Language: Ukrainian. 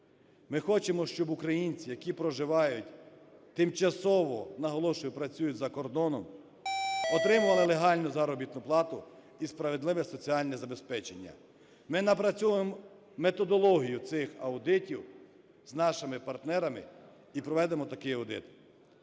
Ми хочемо, щоб українці, які проживають тимчасово, наголошую, працюють за кордоном, отримували легальну заробітну плату і справедливе соціальне забезпечення. Ми напрацьовуємо методологію цих аудитів з нашими партнерами і проведемо такий аудит.